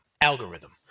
algorithm